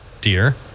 Dear